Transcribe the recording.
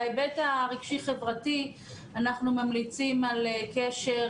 בהיבט הרגשי-חברתי אנחנו ממליצים על קשר